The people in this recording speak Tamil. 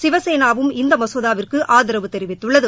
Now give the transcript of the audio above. சிவசேனாவும் இந்த மசோதாவிற்கு ஆதரவு தெரிவித்துள்ளது